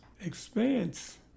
expanse